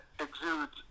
exudes